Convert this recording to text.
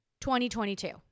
2022